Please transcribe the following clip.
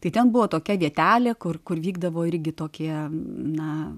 tai ten buvo tokia vietelė kur kur vykdavo irgi tokie na